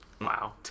Wow